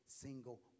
single